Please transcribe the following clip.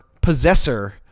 Possessor